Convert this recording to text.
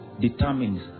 determines